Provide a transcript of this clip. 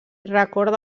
recorda